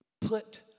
put